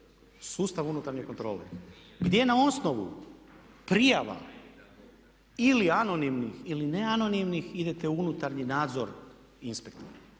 sustav unutarnje kontrole gdje na osnovu prijava ili anonimnih ili ne anonimnih idete u unutarnji nadzor inspektora.